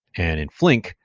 and in flink,